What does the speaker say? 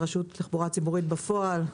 מנהל הרשות לתחבורה ציבורית בפועל,